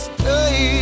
Stay